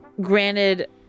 granted